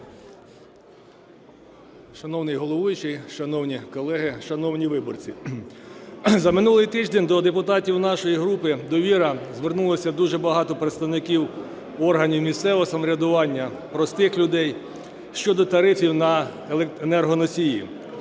Шановний головуючий, шановні колеги, шановні виборці! За минулий тиждень до депутатів нашої групи "Довіра" звернулося дуже багато представників органів місцевого самоврядування, простих людей щодо тарифів на енергоносії.